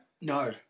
No